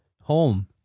home